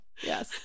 Yes